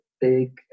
big